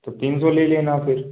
तो तीन सौ ले लेना फिर